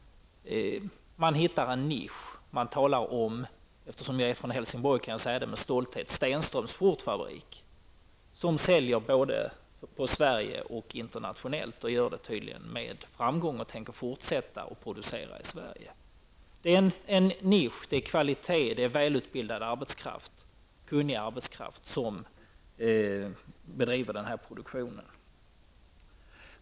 Man hittar en nisch och man talar om -- eftersom jag är från Helsingborg kan jag säga det med stolthet -- Stenströms skjortfabrik, som säljer både på Sverige och internationellt och tydligen gör det med framgång. Företaget tänker fortsätta att producera i Sverige. Det är fråga om kvalitet. Det är en välutbildad arbetskraft som driver denna produktion.